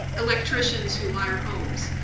electricians who wire homes,